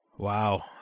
Wow